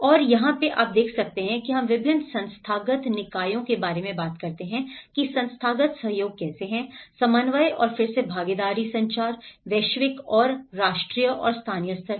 और यह वह जगह है जहां हम विभिन्न संस्थागत निकायों के बारे में बात करते हैं कि संस्थागत सहयोग कैसे है समन्वय और फिर से भागीदारी संचार वैश्विक और राष्ट्रीय और स्थानीय स्तर पर